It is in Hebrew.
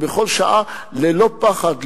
ללא פחד,